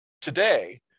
today